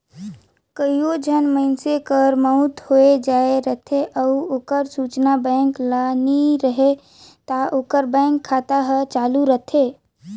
कइयो झन मइनसे कर मउत होए जाए रहथे अउ ओकर सूचना बेंक ल नी रहें ता ओकर बेंक खाता हर चालू रहथे